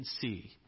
see